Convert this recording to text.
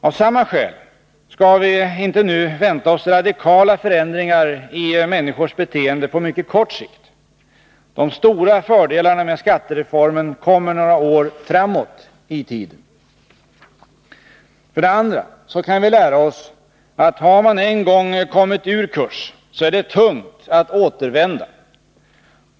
Av samma skäl skall vi inte nu vänta oss radikala förändringar i människors beteende på mycket kort sikt — de stora fördelarna med skattereformen kommer några år framåt i tiden. För det andra kan vi lära oss, att har man en gång kommit ur kurs, är det tungt att återvända.